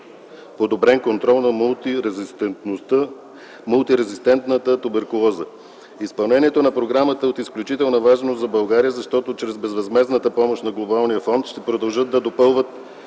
подобрен контрол на мултирезистентната туберкулоза. Изпълнението на програмата е от изключителна важност за България, защото чрез безвъзмездната помощ на глобалния фонд ще продължат да се допълват